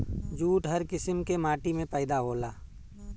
jute हर किसिम के माटी में पैदा होला